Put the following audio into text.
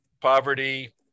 poverty